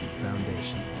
Foundation